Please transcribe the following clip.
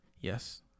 Yes